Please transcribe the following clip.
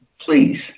please